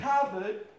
covered